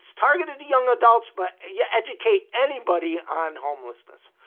targeted young adults but yeah educate anybody on homelessness.